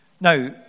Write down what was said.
Now